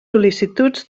sol·licituds